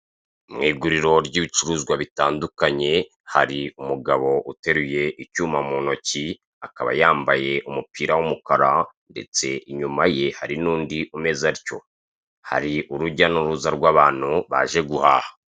Mu iguriro ry'ibicuruzwa bitandukanye, hari umugabo uteruye icyuma mu ntoki, akaba yambaye umupira w'umukara, ndetse inyuma ye hari n'undi umeze atyo, hari urujya n'uruza rw'abantu baje guhaha.